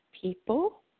people